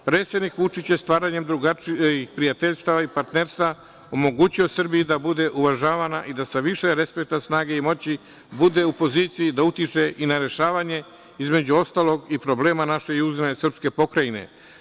Predsednik Vučić je stvaranjem prijateljstava i partnerstva omogućio Srbiji da bude uvažavana i da sa više respekta, snage i moći bude u poziciji da utiče i na rešavanje, između ostalog, i problema naše južne srpske pokrajine.